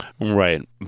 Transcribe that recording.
Right